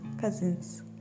cousins